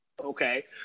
okay